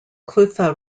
clutha